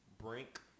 Brink